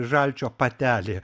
žalčio patelė